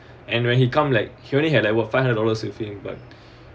and when he come like he only had like what five hundred dollars with him but